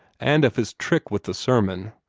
and of his trick with the sermon.